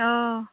অঁ